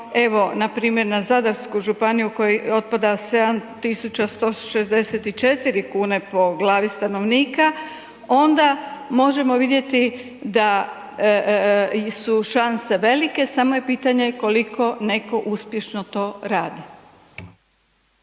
evo npr. na Zadarsku županiju kojoj otpada 7164 kune po glavi stanovnika, onda možemo vidjeti da su šanse velike samo je pitanje koliko neko uspješno to radi.